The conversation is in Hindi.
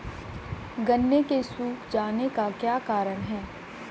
गन्ने के सूख जाने का क्या कारण है?